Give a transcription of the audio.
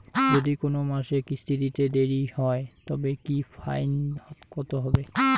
যদি কোন মাসে কিস্তি দিতে দেরি হয় তবে কি ফাইন কতহবে?